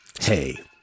Hey